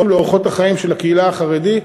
לאורחות החיים של הקהילה החרדית,